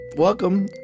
Welcome